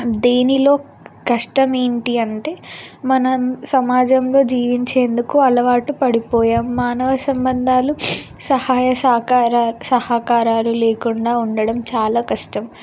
దేనిలో కష్టం ఏంటి అంటే మనం సమాజంలో జీవించేందుకు అలవాటు పడిపోయాము మానవ సంబంధాలు సహాయ సహకార సహకారాలు లేకుండా ఉండడం చాలా కష్టం